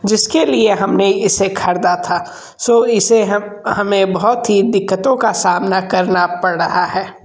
जिसके लिए हमने इसे ख़रीदा था सो इसे हम हमें बहुत ही दिक्कतों का सामना करना पड़ रहा है